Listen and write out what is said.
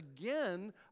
again